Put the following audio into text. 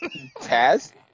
Taz